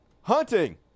hunting